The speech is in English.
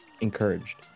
encouraged